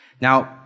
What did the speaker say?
Now